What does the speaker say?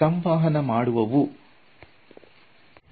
ಸಂವಹನ ಮಾಡುವಂತವು ಗಳಾಗಿವೆ